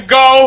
go